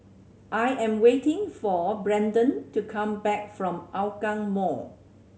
I am waiting for Brendan to come back from Hougang Mall